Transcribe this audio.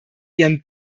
ihren